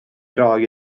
roi